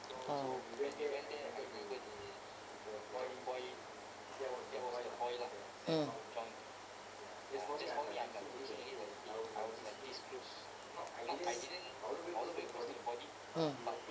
orh mm mm